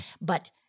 but-